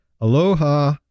Aloha